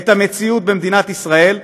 את המציאות במדינת ישראל,